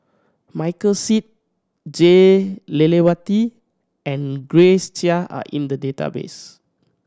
Michael Seet Jah Lelawati and Grace Chia are in the database